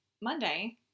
Monday